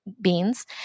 beans